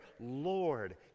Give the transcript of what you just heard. Lord